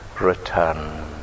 Return